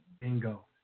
Bingo